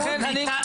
זה נכון.